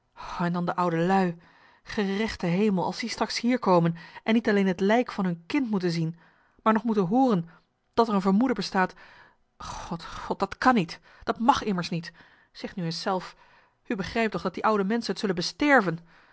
en dan de oude lui gerechte hemel als die straks hier komen en niet alleen het lijk van hun kind moeten zien maar nog moeten hooren dat er een vermoeden bestaat god god dat kan niet dat mag immers niet zeg nu eens zelf u begrijpt toch dat die oude menschen t zullen besterven